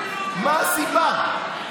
מה הסיבה?